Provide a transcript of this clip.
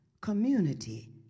community